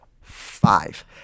five